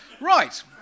Right